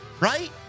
right